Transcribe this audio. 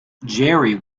jerry